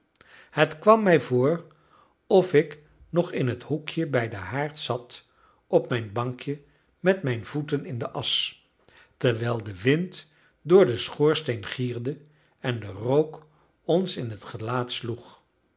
het kwam mij voor of ik nog in het hoekje bij den haard zat op mijn bankje met mijn voeten in de asch terwijl de wind door den schoorsteen gierde en de rook ons in het gelaat sloeg